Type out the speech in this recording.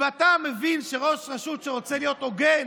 אתה מבין שראש רשות שרוצה להיות הוגן